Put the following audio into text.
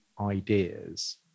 ideas